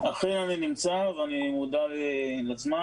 שלום רב, אני נמצא וגם מודע לזמן.